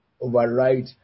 override